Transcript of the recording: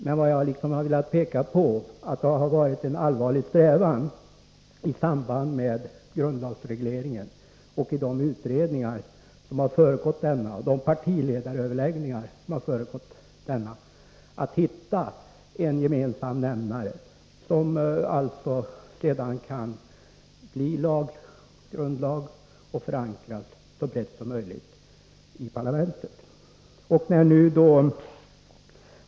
Men vad jag har velat peka på är att det har varit en allvarlig strävan att i samband med grundlagsregleringen och i de utredningar och de partiledaröverläggningar som föregått denna hitta en gemensam nämnare som sedan skulle kunna bli grundlag och förankras så brett som möjligt i parlamentet.